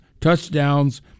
touchdowns